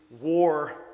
war